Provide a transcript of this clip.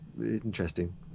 interesting